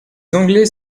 anglais